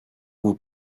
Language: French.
vous